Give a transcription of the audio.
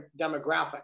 demographic